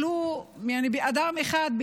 ולו באדם אחד,